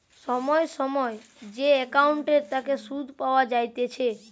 সময় সময় যে একাউন্টের তাকে সুধ পাওয়া যাইতেছে